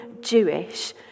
Jewish